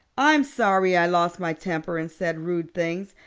i'm sorry i lost my temper and said rude things,